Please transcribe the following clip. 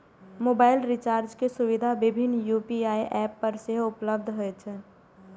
mobile recharge के सुविधा विभिन्न यू.पी.आई एप पर सेहो उपलब्ध होइ छै